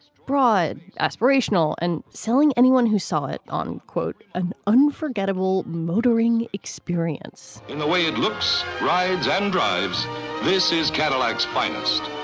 broad, aspirational and selling. anyone who saw it on, quote, an unforgettable motoring experience in the way it looks, rides and drives this is cadillacs biased.